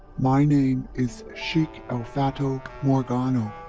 my name is sheik el fata morgano.